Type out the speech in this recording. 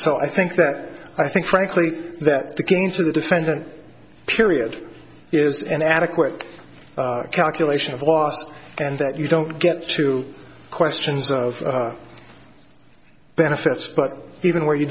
so i think that i think frankly that the getting to the defendant period is an adequate calculation of last and that you don't get to questions of benefits but even where you